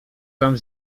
tam